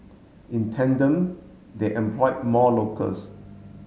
in tandem they employed more locals